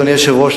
אדוני היושב-ראש,